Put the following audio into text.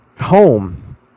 home